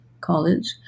college